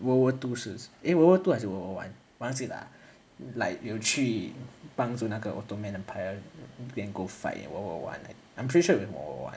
world war two 时 eh world war two 还是 world war one 我忘记了 like 有去帮助那个 ottoman empire then go fight in world war one I'm pretty sure it's world war one